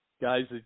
guys